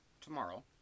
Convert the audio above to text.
tomorrow